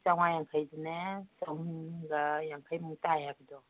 ꯆꯥꯝꯃꯉꯥ ꯌꯥꯡꯈꯩꯁꯤꯅꯦ ꯆꯍꯨꯝꯒ ꯌꯥꯡꯈꯩꯃꯨꯛ ꯇꯥꯏ ꯍꯥꯏꯕꯗꯣ